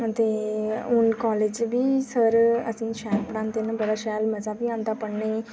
ते हून कालेज च बी सर असें ई शैल पढ़ांदे न बड़ा शैल मजा बी आंदा पढ़ने ई